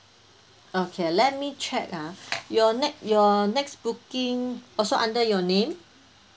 okay let me check ah your ne~ your next booking also under your name